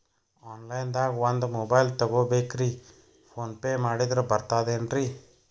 Online ದಾಗ ಒಂದ್ mobile ತಗೋಬೇಕ್ರಿ ಫೋನ್ ಪೇ ಮಾಡಿದ್ರ ಬರ್ತಾದೇನ್ರಿ?